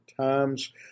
times